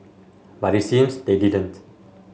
but it seems they didn't